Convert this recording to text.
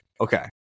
Okay